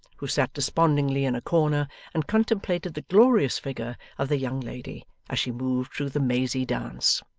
who sat despondingly in a corner and contemplated the glorious figure of the young lady as she moved through the mazy dance.